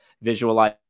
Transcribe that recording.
visualize